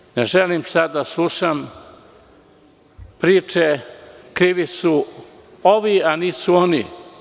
Prema tome, ne želim sada da slušam priče, krivi su ovi, a nisu oni.